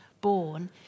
born